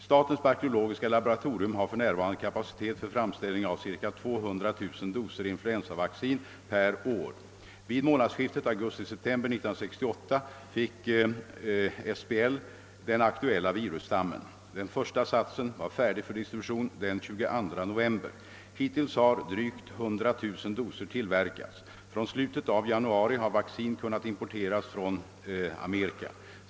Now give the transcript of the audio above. Statens bakteriologiska laboratorium har för närvarande kapacitet för framställning av cirka 200 000 doser influensavaccin per år. Vid månadsskiftet augusti—september 1968 fick SBL den aktuella virusstammen. Den första satsen var färdig för distribution den 22 november. Hittills har drygt 100 000 doser tillverkats. Från slutet av januari har vaccin kunnat importeras från USA.